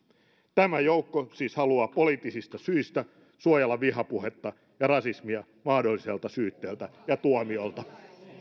tämä joukko siis haluaa poliittisista syistä suojella vihapuhetta ja rasismia mahdolliselta syytteeltä ja tuomiolta